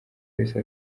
wese